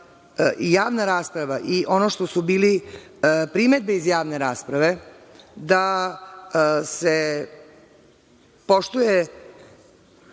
javna rasprava i ono što su bile primedbe iz javne rasprave da se poštuje